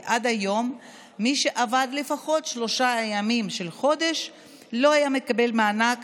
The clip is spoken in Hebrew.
כי עד היום מי שעבד לפחות שלושה ימים בחודש לא היה מקבל מענק